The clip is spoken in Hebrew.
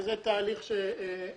וזה תהליך --- אבל,